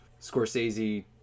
Scorsese